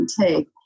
take